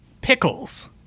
Pickles